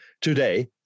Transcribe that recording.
Today